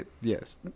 Yes